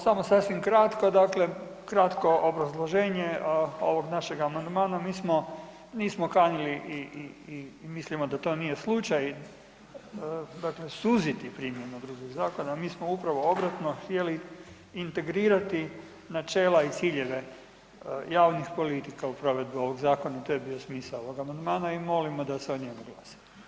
Samo sasvim kratko, dakle, kratko obrazloženje ovog našeg amandmana, mi nismo kanili i mislimo da to nije slučaj dakle suziti primjenu predloženog zakona, mi smo upravo obratno htjeli integrirati načela i cilj javnih politika u provedbi ovog zakona, to je bio smisao ovog amandmana i molimo da se o njemu glasa.